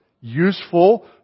useful